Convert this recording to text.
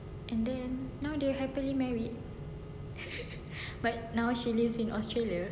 nd then now they are happily married but now she lives in australia